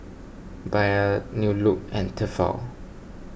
Bia New Look and Tefal